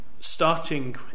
Starting